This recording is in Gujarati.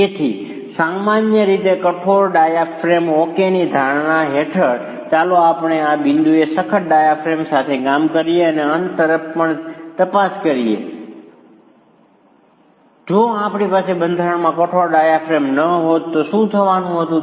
તેથી સામાન્ય રીતે કઠોર ડાયાફ્રેમ ઓકેની ધારણા હેઠળ ચાલો આપણે આ બિંદુએ સખત ડાયાફ્રેમ સાથે કામ કરીએ અને અંત તરફ પણ તપાસ કરીએ જો આપણી પાસે બંધારણમાં કઠોર ડાયાફ્રેમ ન હોત તો શું થવાનું હતું